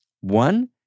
One